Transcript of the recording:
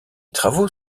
travaux